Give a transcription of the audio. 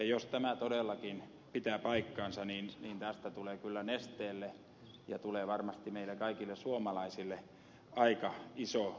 jos tämä todellakin pitää paikkansa niin tästä tulee kyllä nesteelle ja tulee varmasti meille kaikille suomalaisille aika iso ongelma